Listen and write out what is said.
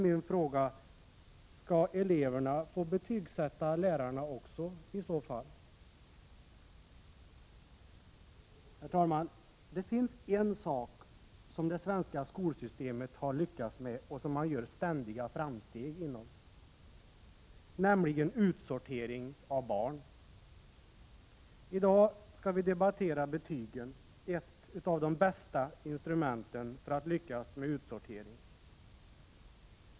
Min fråga är: Skall eleverna i så fall få betygsätta även lärarna? Herr talman! Det finns en sak som det svenska skolsystemet har lyckats med och där man gör ständiga framsteg, nämligen utsortering av barn. I dag skall riksdagen debattera betygen, ett av de bästa instrumenten för att lyckas med utsortering.